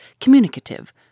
communicative